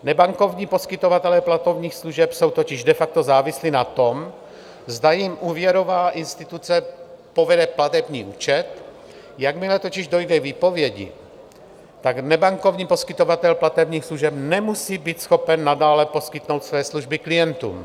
Nebankovní poskytovatelé platebních služeb jsou totiž de facto závislí na tom, zda jim úvěrová instituce povede platební účet jakmile totiž dojde k výpovědi, nebankovní poskytovatel platebních služeb nemusí být schopen nadále poskytnout své služby klientům.